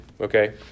Okay